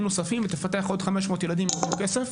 נוספים ותפתח עוד 500 ילדים עם אותו כסף.